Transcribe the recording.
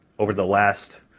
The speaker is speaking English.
over the last,